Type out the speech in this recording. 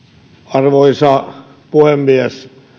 arvoisa puhemies